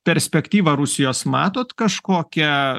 perspektyvą rusijos matot kažkokią